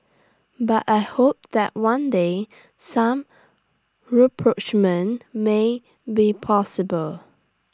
but I hope that one day some rapprochement may be possible